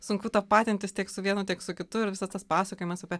sunku tapatintis tiek su vienu tiek su kitu ir visas tas pasakojimas apie